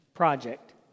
project